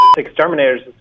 exterminators